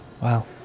Wow